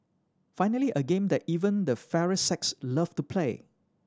finally a game that even the fairer sex love to play